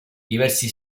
diversi